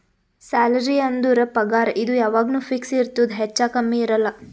salary ಅಂದುರ್ ಪಗಾರ್ ಇದು ಯಾವಾಗ್ನು ಫಿಕ್ಸ್ ಇರ್ತುದ್ ಹೆಚ್ಚಾ ಕಮ್ಮಿ ಇರಲ್ಲ